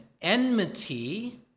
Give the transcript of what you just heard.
enmity